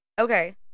Okay